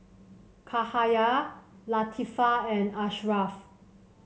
Cahaya Latifa and Ashraff